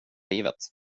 livet